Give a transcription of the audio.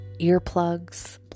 Earplugs